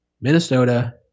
Minnesota